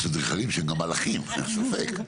יש אדריכלים שהם גם מלאכים אין ספק,